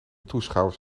toeschouwers